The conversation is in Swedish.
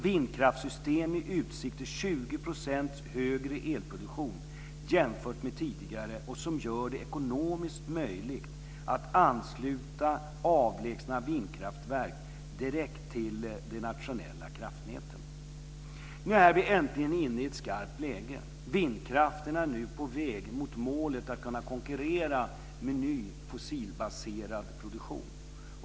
Vindkraftssystem som ställer i utsikt 20 % högre elproduktion jämfört med tidigare gör det ekonomiskt möjligt att ansluta avlägsna vindkraftverk direkt till de nationella kraftnäten. Nu är vi äntligen inne i ett skarpt läge. Vindkraften är nu på väg mot målet att konkurrera med ny fossilbaserad produktion.